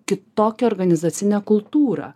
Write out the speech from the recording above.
kitokią organizacinę kultūrą